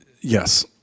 Yes